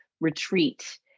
retreat